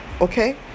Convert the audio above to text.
okay